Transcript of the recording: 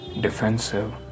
defensive